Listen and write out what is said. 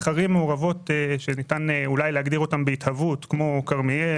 ערים שניתן אולי להגדיר כערים מעורבות בהתהוות למשל כרמיאל,